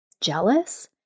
jealous